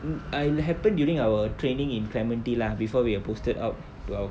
um ah it happens during our training in clementi lah before we are posted out yo ou~